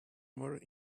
more